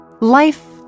Life